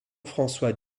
françois